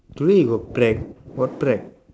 you mean you got prac~ what prac~